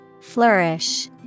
Flourish